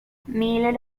miller